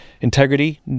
integrity